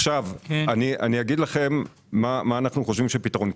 עכשיו, אני אגיד לכם מה אנחנו חושבים שהפתרון.